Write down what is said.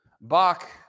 Bach